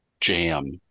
jam